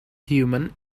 human